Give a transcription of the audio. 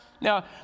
Now